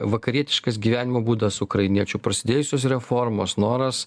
vakarietiškas gyvenimo būdas ukrainiečių prasidėjusios reformos noras